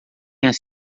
tenha